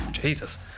Jesus